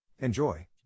Enjoy